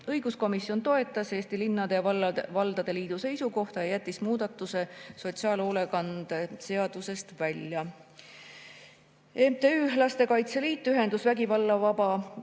Õiguskomisjon toetas Eesti Linnade ja Valdade Liidu seisukohta ja jättis muudatuse sotsiaalhoolekande seadusest välja. MTÜ Lastekaitse Liit, Ühendus Vägivallavaba